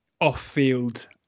off-field